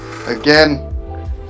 again